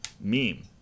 meme